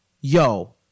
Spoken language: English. yo